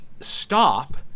stop